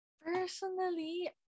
Personally